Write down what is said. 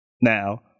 Now